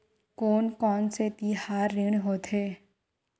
कोन कौन से तिहार ऋण होथे?